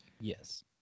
yes